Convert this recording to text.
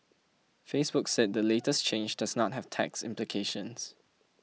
Facebook said the latest change does not have tax implications